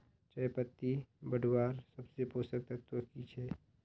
चयपत्ति बढ़वार सबसे पोषक तत्व की छे?